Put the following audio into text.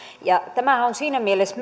ja tämähän on siinä mielessä